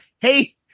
hey